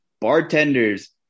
bartenders